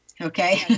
okay